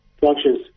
functions